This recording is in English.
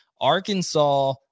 Arkansas